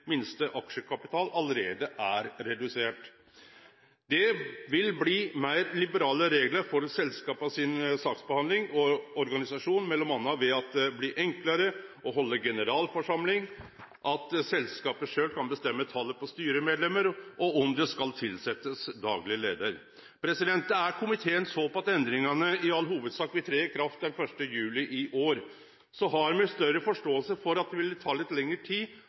minste aksjekapital allereie er redusert. Det vil bli meir liberale reglar for saksbehandlinga og organiseringa til selskapa m.a. ved at det blir enklare å halde generalforsamling, og at selskapa sjølve kan bestemme talet på styremedlemmer og om det skal tilsetjast dagleg leiar. Det er komiteen sitt håp at endringane i all hovudsak vil tre i kraft den 1. juli i år. Så har me større forståing for at det vil ta litt lengre tid